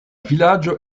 vilaĝo